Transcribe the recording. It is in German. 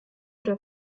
der